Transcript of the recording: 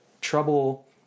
trouble